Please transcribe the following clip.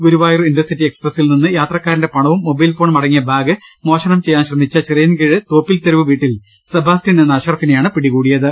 Guruvayur intercity എക്സ്പ്രസിൽനിന്ന് യാത്രക്കാരന്റെ പണവും മൊബൈൽഫോണും അട ങ്ങിയ ബാഗ് മോഷണം ചെയ്യാൻ ശ്രമിച്ച ചിറയിൻകീഴ് തോപ്പിൽതെരുവ് വീട്ടിൽ സെബാസ്റ്റ്യൻ എന്ന അഷറഫിനെയാണ് പിടികൂടിയത്